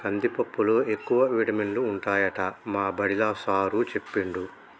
కందిపప్పులో ఎక్కువ విటమినులు ఉంటాయట మా బడిలా సారూ చెప్పిండు